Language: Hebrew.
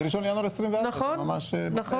נכון.